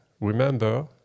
Remember